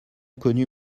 connu